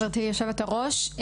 גברתי היושבת-ראש,